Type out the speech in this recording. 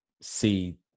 see